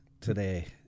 today